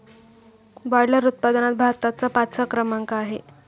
boiler उत्पादनात भारताचा पाचवा क्रमांक लागतो